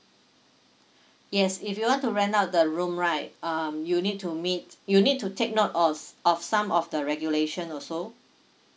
yes if you want to rent out the room right um you need to meet you need to take note of of some of the regulation also